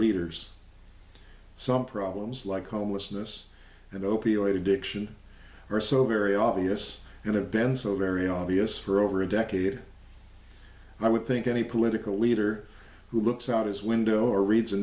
leaders some problems like homelessness and opioid addiction are so very obvious going to bend so very obvious for over a decade i would think any political leader who looks out his window or reads